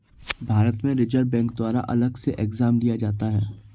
भारत में reserve bank द्वारा अलग से एग्जाम लिया जाता है